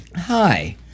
Hi